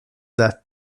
that